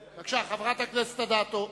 בבקשה, חברת הכנסת אדטו.